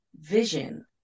vision